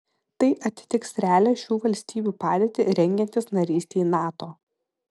tai atitiks realią šių valstybių padėtį rengiantis narystei nato